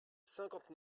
cinquante